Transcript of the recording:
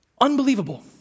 Unbelievable